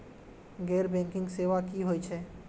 गैर बैंकिंग सेवा की होय छेय?